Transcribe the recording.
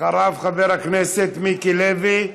אחריו, חבר הכנסת מיקי לוי,